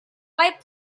white